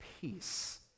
peace